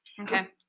Okay